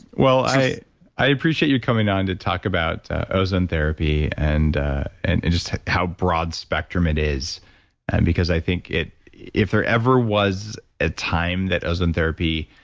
well, i i appreciate you coming on to talk about ozone therapy and and and just how broad spectrum it is and because i think if there ever was a time that ozone therapy